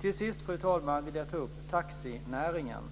Till sist, fru talman, vill jag ta upp taxinäringen.